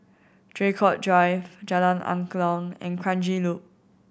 Draycott Drive Jalan Angklong and Kranji Loop